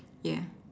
yeah